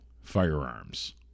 firearms